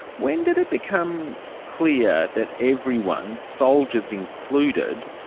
when did it become clear that everyone, soldiers included,